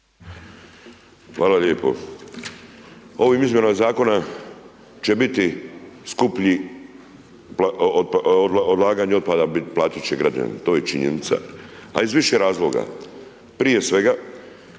Hvala lijepo. Ovim izmjenama zakona će biti skuplji, odlaganje otpada platiti će građani, to je činjenica. A iz više razloga, prije svega,